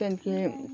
त्यहाँदेखि